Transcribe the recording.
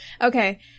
Okay